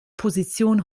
position